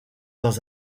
dans